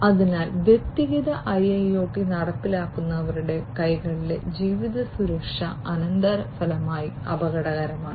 അതിനാൽ വ്യക്തിഗത IIoT നടപ്പിലാക്കുന്നവരുടെ കൈകളിലെ ജീവിത സുരക്ഷ അനന്തരഫലമായി അപകടകരമാണ്